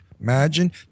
imagine